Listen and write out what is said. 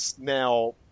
now